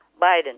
Biden